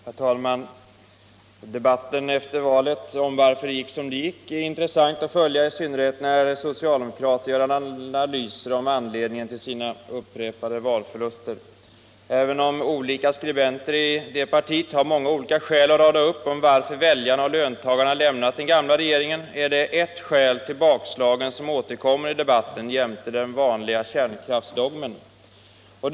Herr talman! Debatten efter valet om varför det gick som det gick är intressant att följa i synnerhet när socialdemokrater gör analyser om anledningen till sina upprepade valförluster. Även om olika skribenter i det partiet har många olika skäl att rada upp om varför väljarna och löntagarna lämnat den gamla regeringen, är det ett skät till bakslagen som, jämte den vanligaste kärnkraftsdogmen, återkommer i debatten.